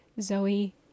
zoe